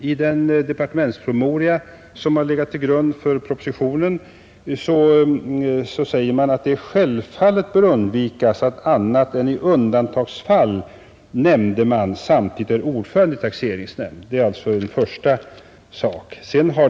I den Fredagen den departementspromemoria som legat till grund för propositionen säger 19 mars 1971 man, att det självfallet bör undvikas att annat än i undantagsfall nämndeman samtidigt är ordförande i taxeringsnämnd.